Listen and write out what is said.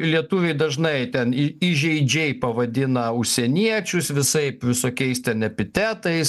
lietuviai dažnai ten įžeidžiai pavadina užsieniečius visaip visokiais ten epitetais